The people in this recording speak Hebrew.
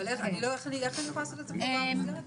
אבל הדילמות הן מאוד גדולות, גברתי.